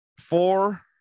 four